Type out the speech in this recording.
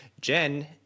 Jen